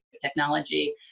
Technology